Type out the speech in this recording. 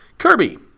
Kirby